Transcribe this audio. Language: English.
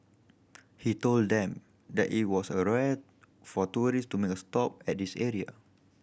he told them that it was a rare for tourist to make a stop at this area